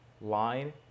line